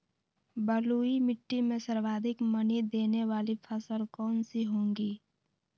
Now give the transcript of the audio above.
बलुई मिट्टी में सर्वाधिक मनी देने वाली फसल कौन सी होंगी?